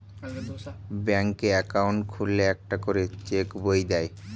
ব্যাঙ্কে অ্যাকাউন্ট খুললে একটা করে চেক বই দেয়